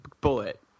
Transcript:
bullet